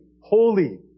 holy